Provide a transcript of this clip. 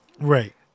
Right